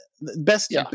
Best